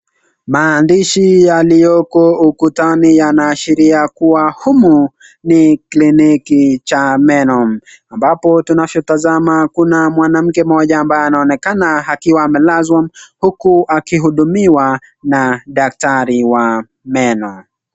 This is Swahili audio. Maandishi yaliyoko ukutani yanaashiria kuwa humu ni kliniki cha meno ambapo tunachotazama kuna mwanamke mmoja ambaye anaonekana akiwa amelazwa uku akihudumiwa na daktari wa meno.